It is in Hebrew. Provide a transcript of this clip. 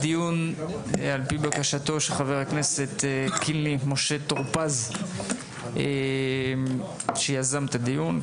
על פי בקשתו של חבר הכנסת משה קינלי טור פז שיזם את הדיון,